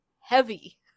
heavy